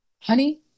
Honey